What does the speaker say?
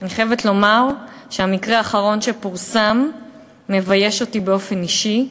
אני חייבת לומר שהמקרה האחרון שפורסם מבייש אותי באופן אישי,